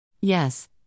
Yes